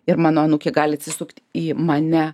ir mano anūkė gali atsisukt į mane